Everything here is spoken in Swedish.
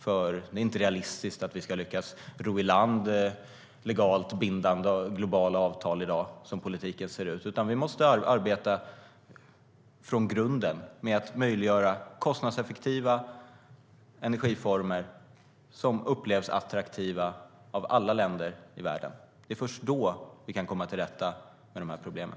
Som politiken ser ut är det inte realistiskt att vi i dag ska lyckas ro i land legalt bindande globala avtal, utan vi måste arbeta från grunden med att möjliggöra kostnadseffektiva energiformer som upplevs som attraktiva av alla länder i världen. Det är först då vi kan komma till rätta med de här problemen.